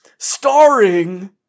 Starring